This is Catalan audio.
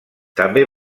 també